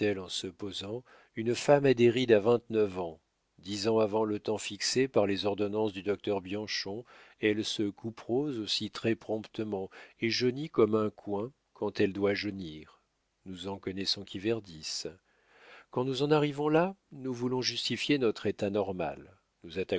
en se posant une femme a des rides à vingt-neuf ans dix ans avant le temps fixé par les ordonnances du docteur bianchon elle se couperose aussi très-promptement et jaunit comme un coing quand elle doit jaunir nous en connaissons qui verdissent quand nous en arrivons là nous voulons justifier notre état normal nous